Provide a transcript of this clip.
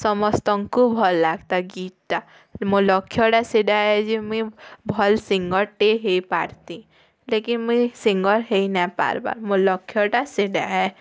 ସମସ୍ତଙ୍କୁ ବି ଭଲ୍ ଲାଗ୍ତା ଗୀତ୍ଟା ମୋର୍ ଲକ୍ଷ୍ୟଟା ସେଟା ଯେ ମୁଇଁ ଭଲ୍ ସିଙ୍ଗରଟେ ହୋଇପାର୍ତି ଲେକିନ୍ ମୁଇଁ ସିଙ୍ଗର୍ ହେଇନାଏ ପାର୍ବା ମୋର ଲକ୍ଷ୍ୟଟା ସେଟା ଏ